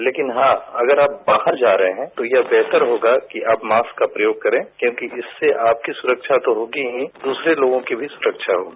लेकिन हां अगर आप बाहर जा रहे हैं तो यह बेहतर होगा कि आप माक्स का प्रयोग करें क्योंकि इससे आपकी सुरक्षा तो होगी ही दूसरे लोगों की भी सुरक्षा होगी